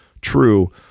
true